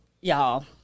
y'all